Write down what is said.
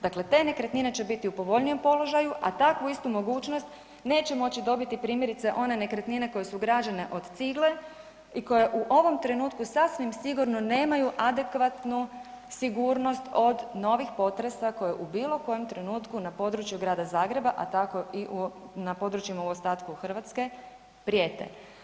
Dakle, te nekretnine će bit u povoljnijem položaju a takvu istu mogućnost neće moći dobiti primjerice one nekretnine koje su građene od cigle i koje u ovom trenutku sasvim sigurno nemaju adekvatnu sigurnost od novih potresa koji u bilokojem trenutku na području grada Zagreba a tako i na područjima u ostatku Hrvatske prijete.